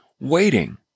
waiting